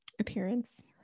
appearance